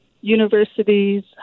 universities